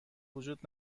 وجود